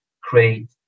create